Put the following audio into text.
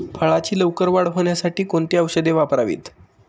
फळाची लवकर वाढ होण्यासाठी कोणती औषधे वापरावीत?